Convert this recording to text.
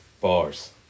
Bars